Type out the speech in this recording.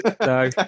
No